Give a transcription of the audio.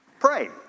Pray